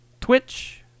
Twitch